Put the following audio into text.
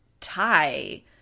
tie